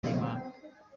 ry’imana